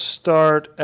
start